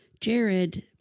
Jared